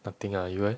nothing lah you leh